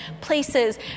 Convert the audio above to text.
places